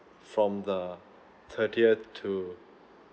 from the thirtieth to